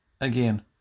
Again